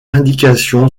indication